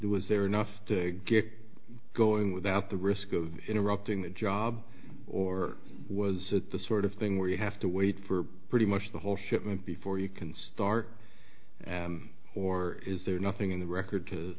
was there enough to get going without the risk of interrupting the job or was it the sort of thing where you have to wait for pretty much the whole shipment before you can start and or is there nothing in the record to